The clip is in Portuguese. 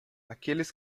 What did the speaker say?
aqueles